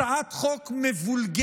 הצעת חוק מבולגנת,